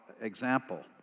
example